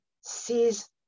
sees